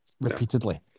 repeatedly